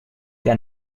der